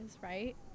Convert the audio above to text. right